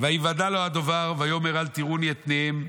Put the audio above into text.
"וייוודע לו הדבר ויאמר, אל תראוני את פניהם.